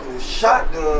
shotgun